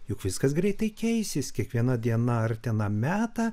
juk viskas greitai keisis kiekviena diena artina metą